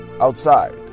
outside